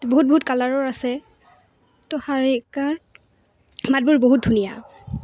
বহুত বহুত কালাৰৰ আছে তো শালিকাৰ মাতবোৰ বহুত ধুনীয়া